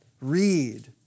read